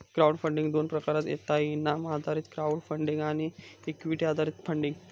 crowd funding दोन प्रकारात येता इनाम आधारित क्राउड फंडिंग आणि इक्विटी आधारित फंडिंग